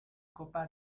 copa